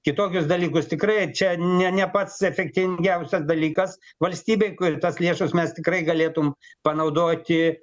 kitokius dalykus tikrai čia ne ne pats efektingiausias dalykas valstybėj kur tas lėšas mes tikrai galėtum panaudoti